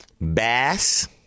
Bass